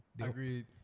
Agreed